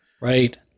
Right